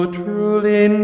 truly